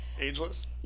ageless